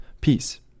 peace